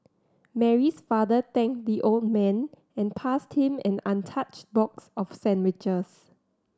Mary's father thanked the old man and passed him an untouched box of sandwiches